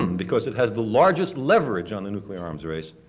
because it has the largest leverage on the nuclear arms race,